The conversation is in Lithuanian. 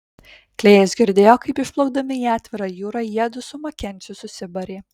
klėjus girdėjo kaip išplaukdami į atvirą jūrą jiedu su makenziu susibarė